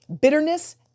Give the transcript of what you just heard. bitterness